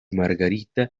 margarita